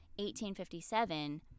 1857